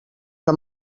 que